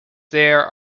there